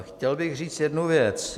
Chtěl bych říct jednu věc.